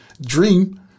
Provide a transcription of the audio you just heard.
dream